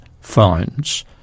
finds